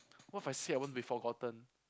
what if I say I want to be forgotten